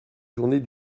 journée